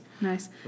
Nice